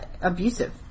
abusive